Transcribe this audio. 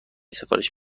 سفارش